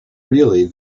really